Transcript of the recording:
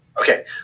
Okay